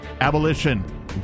Abolition